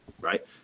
right